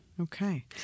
Okay